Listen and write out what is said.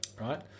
right